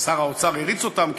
שר האוצר הריץ אותם,